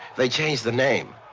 they changed the name.